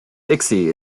dixie